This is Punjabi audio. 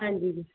ਹਾਂਜੀ ਜੀ ਜੀ